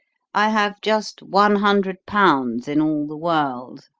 i have just one hundred pounds in all the world?